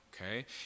okay